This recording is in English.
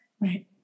Right